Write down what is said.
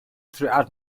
throughout